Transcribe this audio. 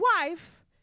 wife